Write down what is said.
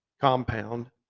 compound